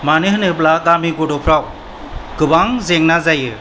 मानो होनोब्ला गामि गुदुंफ्राव गोबां जेंना जायो